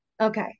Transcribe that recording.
Okay